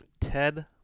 Ted